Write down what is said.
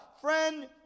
Friend